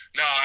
no